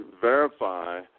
verify